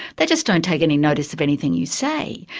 they just don't take any notice of anything you say.